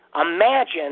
Imagine